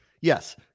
Yes